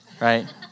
right